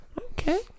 Okay